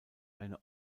eine